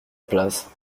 place